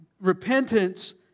Repentance